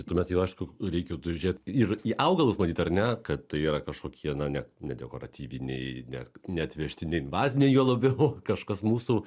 tuomet jau aišku reikėtų žiūrėt ir į augalus matyt ar ne kad yra kažkokie na ne ne dekoratyviniai ne ne atvežtiniai invaziniai juo labiau kažkas mūsų